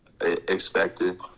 Expected